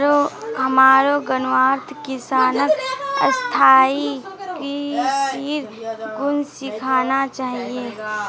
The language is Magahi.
हमारो गांउत किसानक स्थायी कृषिर गुन सीखना चाहिए